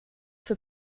für